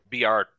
BR